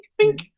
pink